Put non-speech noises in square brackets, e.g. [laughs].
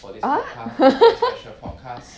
ah [laughs]